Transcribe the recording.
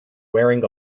wearing